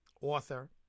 author